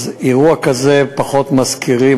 אז אירוע כזה פחות מזכירים,